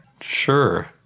Sure